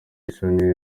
isoni